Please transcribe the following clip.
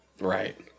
Right